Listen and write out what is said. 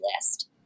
list